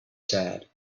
sad